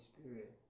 Spirit